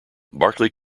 barclay